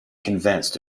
convinced